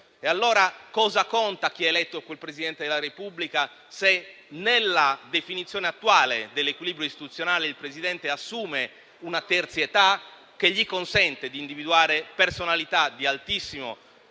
allora, chi ha eletto quel Presidente della Repubblica se, nella definizione attuale dell'equilibrio istituzionale, assume una terzietà che gli consente di individuare personalità di altissimo